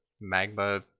magma